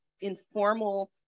informal